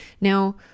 Now